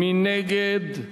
מי נגד?